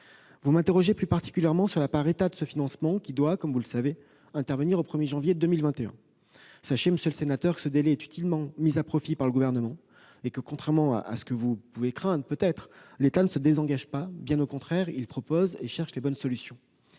Vous m'interrogez plus particulièrement sur la part de ce financement revenant à l'État. Elle doit, comme vous le savez, intervenir au 1 janvier 2021. Sachez, monsieur le sénateur, que ce délai est utilement mis à profit par le Gouvernement et que, contrairement à ce que vous pouvez craindre, l'État ne se désengage pas ; bien au contraire, il fait des propositions et cherche les bonnes solutions.